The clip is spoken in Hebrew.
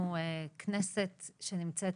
אנחנו כנסת שנמצאת